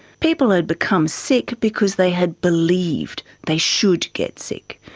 people had become sick because they had believed they should get sick.